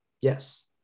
Yes